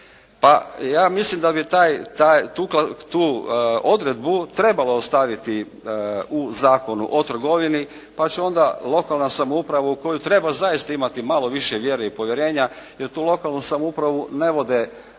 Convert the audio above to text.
ja mislim da bi tu odredbu trebalo ostaviti u Zakonu o trgovini pa će onda lokalna samouprava u koju treba zaista imati malo više vjere i povjerenja jer tu lokalnu samoupravu ne vode ljudi